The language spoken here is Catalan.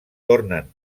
tornen